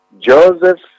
Joseph